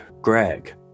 Greg